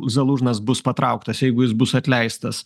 zalūžnas bus patrauktas jeigu jis bus atleistas